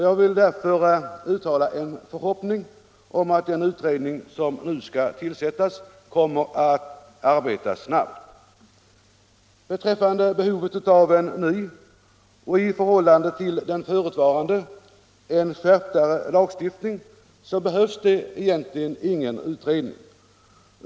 Jag vill därför uttala förhoppningen att den utredning som nu skall tillsättas kommer att arbeta snabbt. Om behovet av en ny och i förhållande till den förutvarande skärpt lagstiftning behövs det egentligen ingen utredning.